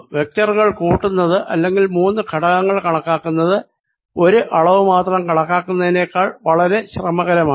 വെക്റ്ററുകൾ കൂട്ടുന്നത് അല്ലെങ്കിൽ മൂന്നു ഘടകങ്ങൾ കണക്കാക്കുന്നത് ഒരു അളവ് മാത്രം കണക്കാക്കുന്നതിനേക്കാൾ വളരെ ശ്രമകരമാണ്